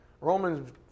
Romans